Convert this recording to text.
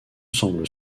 semble